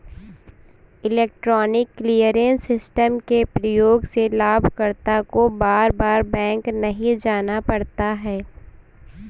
electronic clearance system के प्रयोग से लाभकर्ता को बार बार बैंक नहीं जाना पड़ता है